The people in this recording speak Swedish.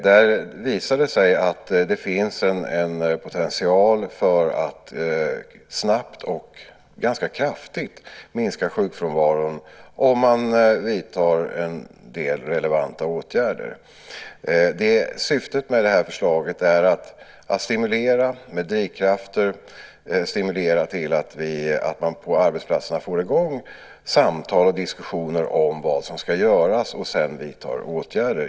Det visar sig att det finns en potential för att snabbt och ganska kraftigt minska sjukfrånvaron om man vidtar en del relevanta åtgärder. Syftet med det här förslaget är att med drivkrafter stimulera samtal och diskussioner på arbetsplatserna om vad som ska göras för att sedan vidta åtgärder.